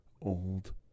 old